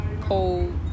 cold